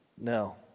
No